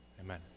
Amen